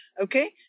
okay